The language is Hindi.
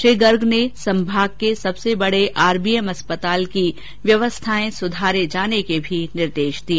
श्री गर्ग ने संभाग के सबसे बडे आरबीएम अस्पताल की व्यवस्थाएं सुधारने के भी निर्देश दिए